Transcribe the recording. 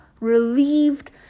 relieved